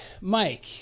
Mike